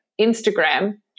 Instagram